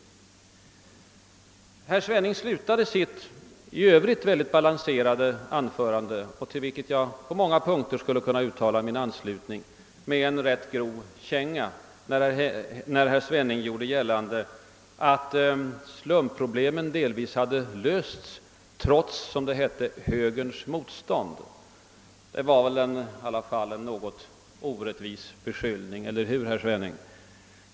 Herr Svenning slutade sitt i övrigt balanserade anförande, till vilket jag skulle kunna uttala min anslutning på många punkter, med en rätt grov känga. Han gjorde gällande att slumproblemet delvis lösts »trots» — som det hette — högerns motstånd. Det var väl en felaktig och orättvis beskyllning, eller hur, herr Svenning?